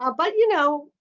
ah but you know,